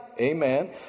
Amen